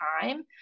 time